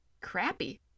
crappy